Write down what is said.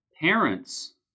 parents